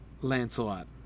Lancelot